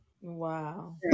Wow